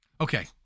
okay